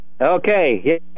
Okay